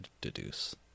deduce